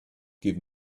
give